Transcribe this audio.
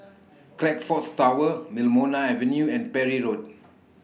Crockfords Tower Wilmonar Avenue and Parry Road